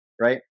Right